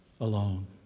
alone